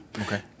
Okay